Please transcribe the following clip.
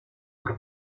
trois